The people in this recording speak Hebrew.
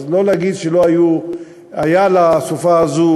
אז לא להגיד שלא היו, היו לסופה הזאת